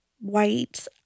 white